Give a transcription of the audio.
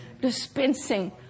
Dispensing